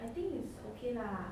okay lah